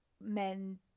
men